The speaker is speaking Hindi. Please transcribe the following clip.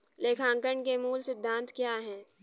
लेखांकन के मूल सिद्धांत क्या हैं?